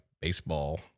baseball